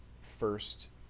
first